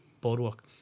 boardwalk